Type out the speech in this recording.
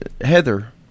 Heather